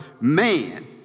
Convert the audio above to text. man